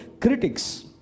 critics